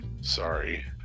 Sorry